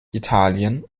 italien